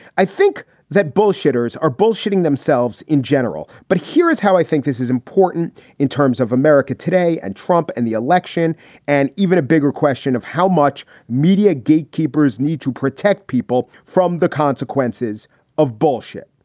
i think that bullshitters are bullshitting themselves in general. but here is how i think this is important in terms of america today and trump and the election and even a bigger question of how much media gatekeepers need to protect people from the consequences of bullshit.